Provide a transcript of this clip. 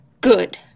good